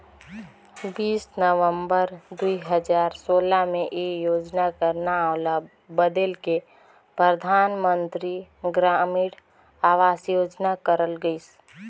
बीस नवंबर दुई हजार सोला में ए योजना कर नांव ल बलेद के परधानमंतरी ग्रामीण अवास योजना करल गइस